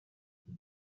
zum